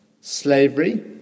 Slavery